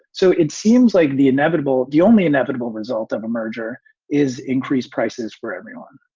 so it seems like the inevitable the only inevitable result of a merger is increased prices for everyone